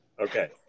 Okay